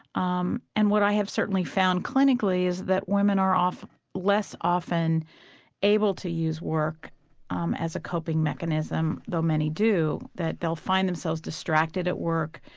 um and what i have certainly found clinically is that women are less often able to use work um as a coping mechanism, though many do, that they'll find themselves distracted at work,